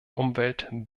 umwelt